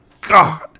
God